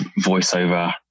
voiceover